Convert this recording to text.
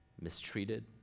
mistreated